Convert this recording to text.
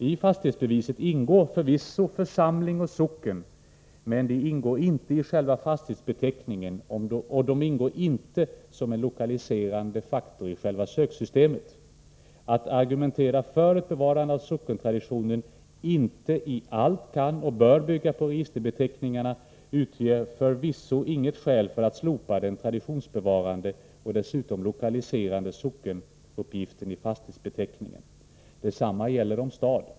I fastighetsbeviset ingår förvisso församling och socken, men de ingår inte i själva fastighetsbeteckningen, och de ingår inte som en lokaliserande faktor i själva söksystemet. Att argumentera för att ett bevarande av sockentraditionen inte i allt kan och bör bygga på registerbeteckningarna utgör förvisso inget skäl för att slopa den traditionsbevarande och dessutom lokaliserande sockenuppgiften i fastighetsbeteckningen. Detsamma gäller om stad.